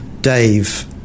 Dave